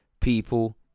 people